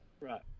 Right